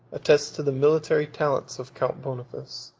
attest the military talents of count boniface.